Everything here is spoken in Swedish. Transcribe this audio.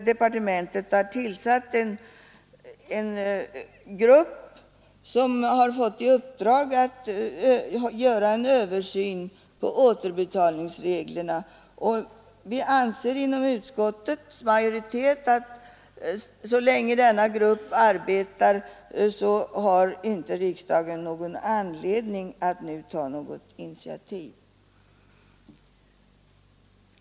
Departementet har ju tillsatt en grupp med uppdrag att göra en översyn av återbetalningsreglerna, och utskottsmajoriteten anser att så länge denna grupp arbetar har riksdagen inte anledning att nu ta något initiativ.